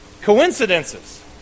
coincidences